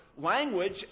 language